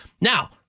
Now